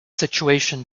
situation